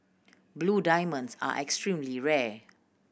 blue diamonds are extremely rare